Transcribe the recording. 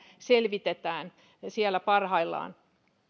selvitetään siellä parhaillaan